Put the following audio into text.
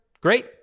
great